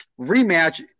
rematch